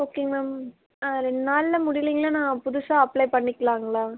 ஓகேங்க மேம் ரெண்டு நாளில் முடியலிங்னா நான் புதுசாக அப்ளே பண்ணிக்கலாங்களா